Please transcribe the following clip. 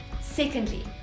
Secondly